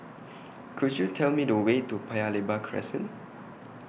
Could YOU Tell Me The Way to Paya Lebar Crescent